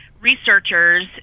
researchers